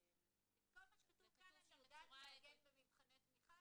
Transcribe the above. --- כל מה שכתוב כאן אני יודעת לעגן במבחני תמיכה,